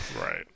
Right